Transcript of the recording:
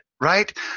right